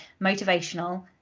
motivational